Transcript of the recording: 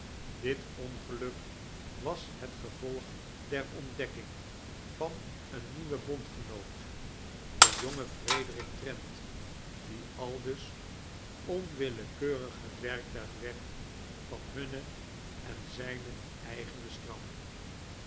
dit ongeluk was het gevolg der ontdekking van een nieuwen bondgenoot den johgen frederik trent die aldus onwillekeurig het werktuig werd van hunne en zijne eigene straf